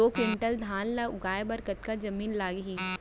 दो क्विंटल धान ला उगाए बर कतका जमीन लागही?